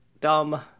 dumb